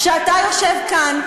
כשאתה יושב כאן,